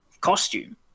costume